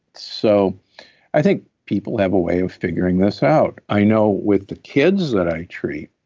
so i think people have a way of figuring this out. i know with the kids that i treat